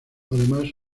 además